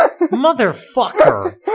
Motherfucker